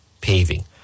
Paving